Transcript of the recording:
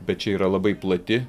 bet čia yra labai plati